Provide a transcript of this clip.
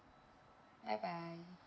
bye bye